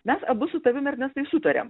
mes abu su tavim ernestai sutariam